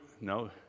no